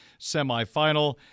semifinal